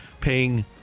paying